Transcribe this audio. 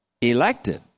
elected